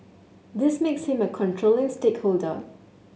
this makes him a controlling stakeholder